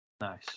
Nice